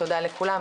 תודה לכולם,